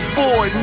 boy